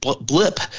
blip